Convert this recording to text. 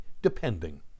depending